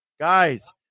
Guys